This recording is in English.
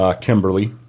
Kimberly